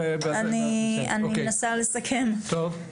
אוקי, טוב.